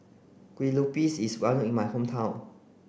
Kue Lupis is well known in my hometown